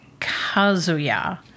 Kazuya